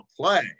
play